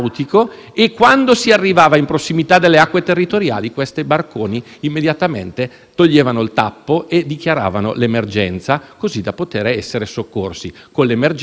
e dichiaravano l'emergenza così da poter essere soccorsi. Con l'emergenza, poi, venivano fatti sbarcare e non appena fatti sbarcare ovviamente queste persone si dileguavano.